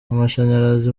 amashanyarazi